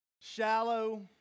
shallow